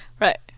right